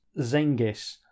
Zengis